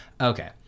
okay